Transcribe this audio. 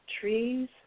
Trees